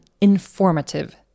informative